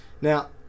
Now